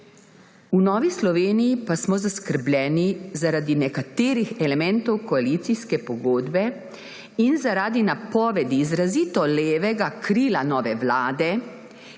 V Novi Sloveniji smo zaskrbljeni zaradi nekaterih elementov koalicijske pogodbe in zaradi napovedi izrazito levega krila nove vlade,